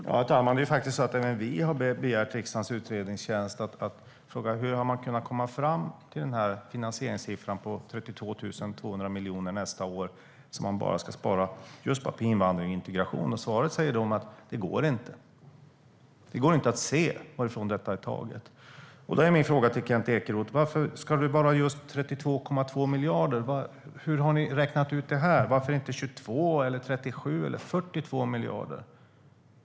Herr talman! Det är ju faktiskt så att även vi har bett riksdagens utredningstjänst att titta på hur Sverigedemokraterna har kunnat komma fram till den här finansieringssiffran på 32 200 miljoner nästa år som de ska spara enbart på invandring och integration. Svaret från RUT är att det inte går. Det går inte att se varifrån detta är taget. Min undran till Kent Ekeroth är då: Varför ska det vara just 32,2 miljarder? Hur har ni räknat ut det? Varför inte 22 eller 37 eller 42 miljarder?